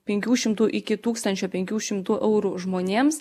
penkių šimtų iki tūkstančio penkių šimtų eurų žmonėms